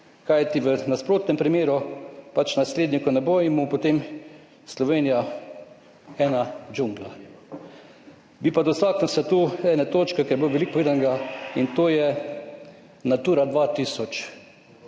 kajti v nasprotnem primeru pač naslednje, ko ne bo imel, potem Slovenija ena džungla. Bi pa dotaknil se tu ene točke, ker je bilo veliko povedanega in to je Natura 2000.